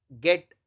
get